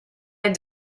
had